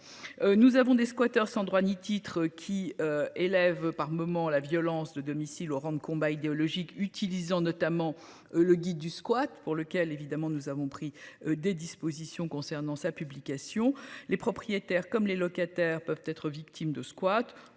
Nous avons des squatters sans droit ni titre qui élève par moment la violence de domicile au rang de combat idéologique utilisant notamment le guide du squat pour lequel évidemment, nous avons pris des dispositions concernant sa publication les propriétaires comme les locataires peuvent être victimes de squat,